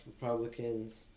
Republicans